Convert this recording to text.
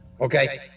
okay